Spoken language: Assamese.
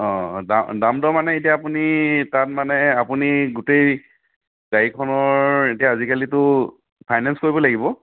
অঁ দাম দাম দৰ মানে এতিয়া আপুনি তাত মানে আপুনি গোটেই গাড়ীখনৰ এতিয়া আজিকালিতো ফাইনেঞ্চ কৰিব লাগিব